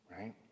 Right